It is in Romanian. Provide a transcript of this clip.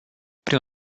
prin